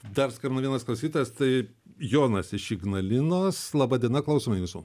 dar skambina vienas klausytojas tai jonas iš ignalinos laba diena klausome jūsų